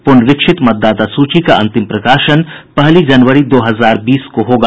प्रनरीक्षित मतदाता सूची का अंतिम प्रकाशन पहली जनवरी दो हजार बीस को होगा